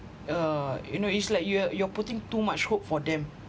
uh you know it's like you're you're putting too much hope for them